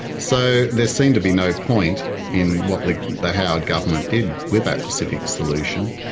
so there seemed to be no point in what the the howard government did with that pacific solution,